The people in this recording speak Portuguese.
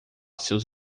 seus